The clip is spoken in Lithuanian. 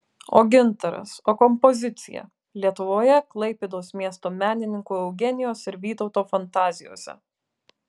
o gintaras o kompozicija lietuvoje klaipėdos miesto menininkų eugenijos ir vytauto fantazijose